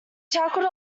chuckled